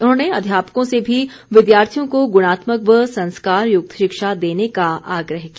उन्होंने अध्यापकों से भी विद्यार्थियों को गुणात्मक व संस्कारयुक्त शिक्षा देने का आग्रह किया